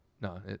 No